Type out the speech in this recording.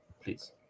please